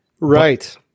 Right